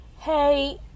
Hey